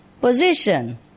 position